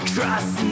Trust